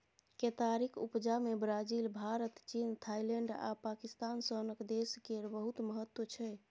केतारीक उपजा मे ब्राजील, भारत, चीन, थाइलैंड आ पाकिस्तान सनक देश केर बहुत महत्व छै